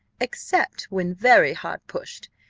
except when very hard pushed.